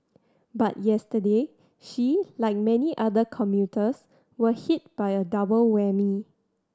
but yesterday she like many other commuters were hit by a double whammy